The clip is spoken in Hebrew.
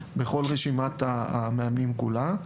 בכל רשימת המאמנים כולה,